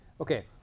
okay